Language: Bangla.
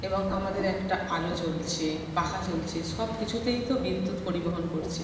এবং আমাদের একটা আলো জ্বলছে পাখা চলছে সব কিছুতেই তো বিদ্যুৎ পরিবহন করছে